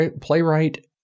playwright